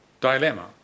Dilemma